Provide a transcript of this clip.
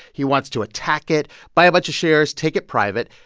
he wants to attack it, buy a bunch of shares, take it private.